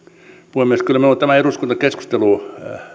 puhemies kyllä minua tämä eduskuntakeskustelu